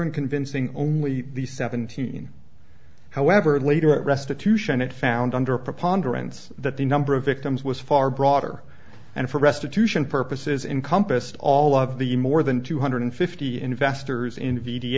and convincing only the seventeen however later it restitution it found under preponderance that the number of victims was far broader and for restitution purposes encompassed all of the more than two hundred fifty investors in v